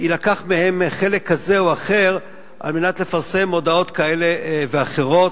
יילקח מהם חלק כזה או אחר על מנת לפרסם מודעות כאלה ואחרות.